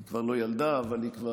היא כבר לא ילדה, אבל היא בת